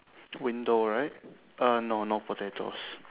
window right uh no no potatoes